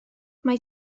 mae